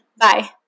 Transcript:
Bye